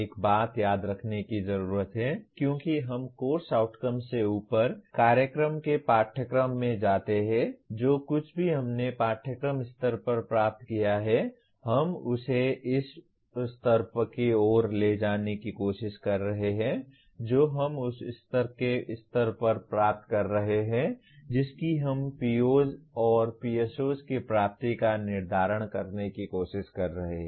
एक बात याद रखने की जरूरत है क्योंकि हम कोर्स आउटकम्स से ऊपर कार्यक्रम के पाठ्यक्रम में जाते हैं जो कुछ भी हमने पाठ्यक्रम स्तर पर प्राप्त किया है हम इसे उस स्तर की ओर ले जाने की कोशिश कर रहे हैं जो हम उस स्तर के स्तर पर प्राप्त कर रहे हैं जिसकी हम POs और PSOs की प्राप्ति का निर्धारण करने की कोशिश कर रहे हैं